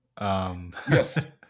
Yes